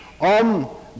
on